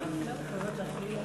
כבוד היושבת-ראש,